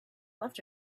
left